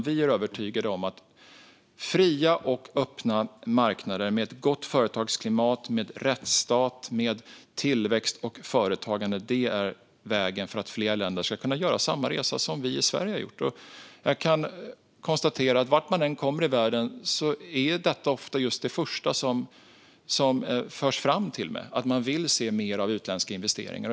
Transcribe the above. Vi är övertygade om att fria och öppna marknader, med ett gott företagsklimat, rättsstat, tillväxt och företagande, är vägen för att fler länder ska kunna göra samma resa som vi i Sverige har gjort. Jag kan konstatera att detta, vart man än kommer i världen, ofta är det första som förs fram: att man vill se mer av utländska investeringar.